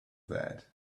that